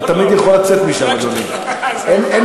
אתה תמיד יכול לצאת משם, אדוני.